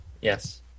Yes